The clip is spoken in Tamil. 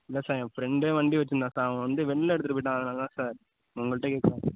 இல்லை சார் என் ஃப்ரெண்ட்டே வண்டி வச்சுருந்தான் சார் அவன் வந்து வெளியில் எடுத்துகிட்டு போய்விட்டான் அதனால தான் சார் உங்கள்கிட்ட கேட்குறேன்